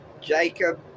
Jacob